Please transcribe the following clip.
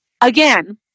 again